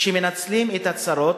שמנצלים את הצרות,